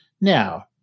Now